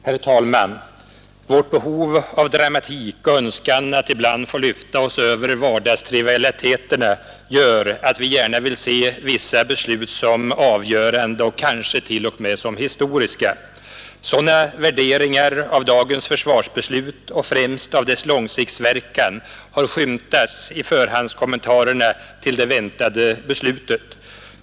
Herr talman! Vårt behov av dramatik och önskan att ibland få lyfta oss över vardagstrivialiteterna gör att vi gärna vill se vissa beslut som avgörande och kanske till och med som historiska. Sådana värderingar av dagens försvarsbeslut och främst av dess långsiktsverkan har skymtats i förhandskommentarerna till det väntade beslutet.